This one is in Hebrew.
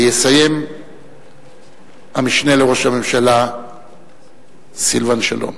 יסיים המשנה לראש הממשלה סילבן שלום.